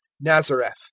Nazareth